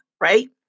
right